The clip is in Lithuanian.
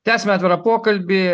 tęsiam atvirą pokalbį